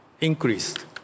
increased